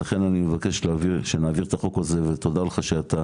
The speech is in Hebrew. אז לכן אני מבקש שנעביר את החוק הזה ותודה לך שאתה